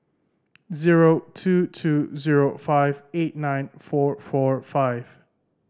zero two two zero five eight nine four four five